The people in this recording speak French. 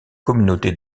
communauté